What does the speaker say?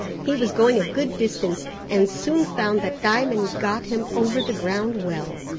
he was going a good distance, and soon found that diamond got him over the ground well.